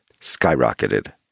skyrocketed